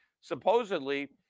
supposedly